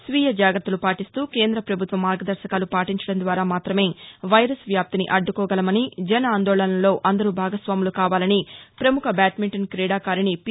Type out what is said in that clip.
స్వీయ జాగ్రత్తలు పాటిస్తూ కేంద్ర ప్రభుత్వ మార్గదర్శకాలు పాటించడం ద్వారా మాత్రమే వైరస్ వ్యాప్తిని అడ్డుకోగలమని జన్ ఆందోళన్లో అందరూ భాగస్వాములు కావాలని ప్రముఖ బ్యాడ్మింటన్ క్రీడాకారిణి పి